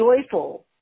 joyful